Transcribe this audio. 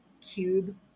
cube